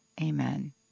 amen